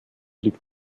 liegt